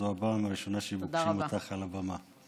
זו הפעם הראשונה שפוגשים אותך על הבמה.